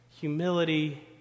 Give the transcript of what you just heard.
humility